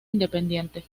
independiente